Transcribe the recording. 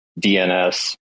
dns